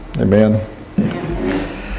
amen